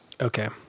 Okay